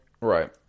Right